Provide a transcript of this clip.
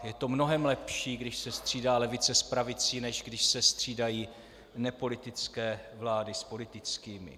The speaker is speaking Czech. Je to mnohem lepší, když se střídá levice s pravicí, než když se střídají nepolitické vlády s politickými.